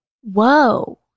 whoa